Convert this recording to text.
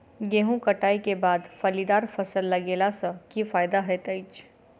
गेंहूँ कटाई केँ बाद फलीदार फसल लगेला सँ की फायदा हएत अछि?